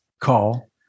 call